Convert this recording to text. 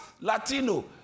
Latino